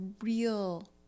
real